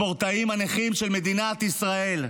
הספורטאים הנכים של מדינת ישראל,